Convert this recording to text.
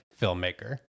filmmaker